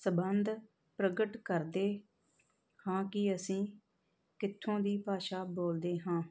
ਸਬੰਧ ਪ੍ਰਗਟ ਕਰਦੇ ਹਾਂ ਕਿ ਅਸੀਂ ਕਿੱਥੋਂ ਦੀ ਭਾਸ਼ਾ ਬੋਲਦੇ ਹਾਂ